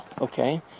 okay